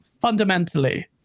fundamentally